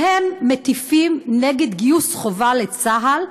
שמטיפים נגד גיוס חובה לצה"ל,